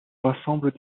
rassemblent